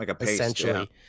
essentially